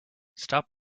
stop